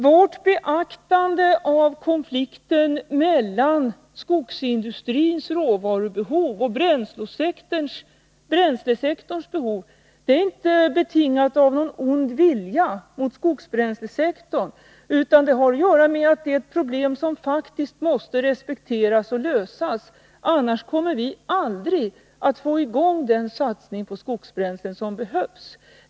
Vårt beaktande av konflikten mellan skogsindustrins råvarubehov och bränslesektorns behov är inte betingat av någon ond vilja mot skogsbränslesektorn, utan det har att göra med att det är ett problem som faktiskt måste respekteras och lösas. Annars kommer vi aldrig att få i gång den satsning på skogsbränsle som behövs.